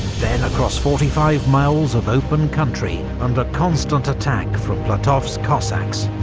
then across forty five miles of open country under constant attack from platov's cossacks,